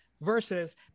versus